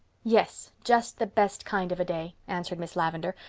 yes, just the best kind of a day, answered miss lavendar,